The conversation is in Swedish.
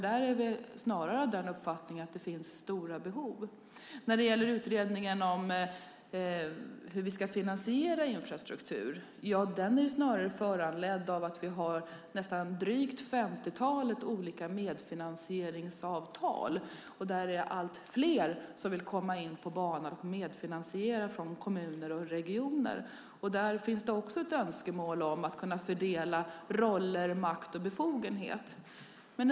Där är uppfattningen att det finns stora behov. Vad gäller utredningen om hur vi ska finansiera infrastruktur är den föranledd av att vi har ett drygt femtiotal olika medfinansieringsavtal, och allt fler kommuner och regioner vill vara med och finansiera. Där finns också ett önskemål om att fördela roller, makt och befogenheter.